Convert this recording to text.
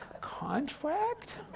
contract